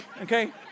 okay